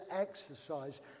exercise